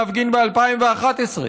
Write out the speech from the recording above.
להפגין ב-2011.